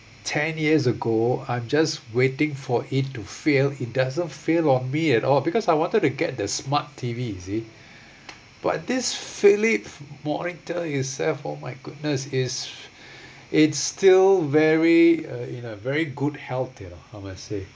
ten years ago I'm just waiting for it to fail it doesn't fail on me at all because I wanted to get the smart T_V you see but this philip monitor itself oh my goodness it's it's still very uh in a very good health you know I must say